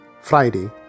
Friday